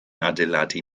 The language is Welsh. adeiladu